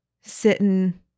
sitting